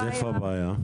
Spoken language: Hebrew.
אז איפה הבעיה?